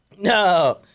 No